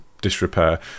disrepair